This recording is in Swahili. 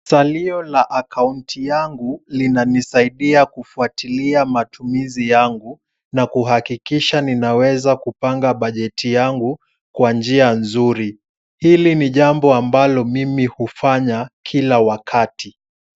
Salio la akaunti yangu linanisaidia kufuatilia matumizi yangu, na kuhakikisha ni naweza kupanga bajeti yangu kwa njia nzuri, hili ni jambo ambalo mimi hufanya kila wakati.